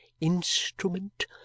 instrument